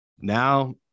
Now